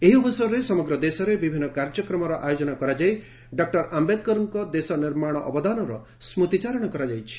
ଏହି ଅବସରରେ ସମଗ୍ର ଦେଶରେ ବିଭିନ୍ନ କାର୍ଯ୍ୟକ୍ରମର ଆୟୋଜନ କରାଯାଇ ଡକ୍ଟର ଆମ୍ଭେଦକରଙ୍କ ଦେଶ ନିର୍ମାଣ ଅବଦାନର ସ୍କୃତିଚାରଣ କରାଯାଉଛି